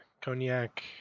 cognac